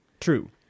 True